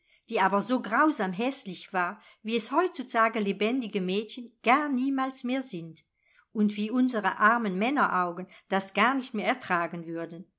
die aber so grausam häßlich war wie es heutzutage lebendige mädchen gar niemals mehr sind und wie unsere armen männeraugen das gar nicht mehr ertragen würden